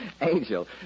Angel